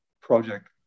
project